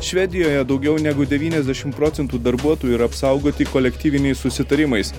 švedijoje daugiau negu devyniasdešim procentų darbuotojų yra apsaugoti kolektyviniais susitarimais